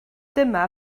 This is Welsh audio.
dyma